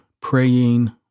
praying